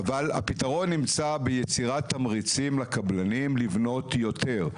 אבל הפתרון נמצא ביצירת תמריצים לקבלנים לבנות יותר.